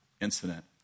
incident